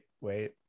wait